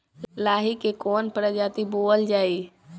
लाही की कवन प्रजाति बोअल जाई?